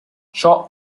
ciò